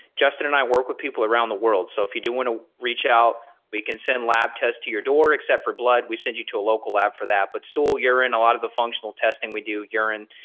justin and i work with people around the world. so if you do want to reach out we can send lab tests to your door except for blood. we send you to a local lab for that but still you're in a lot of the functional testing we do. urine,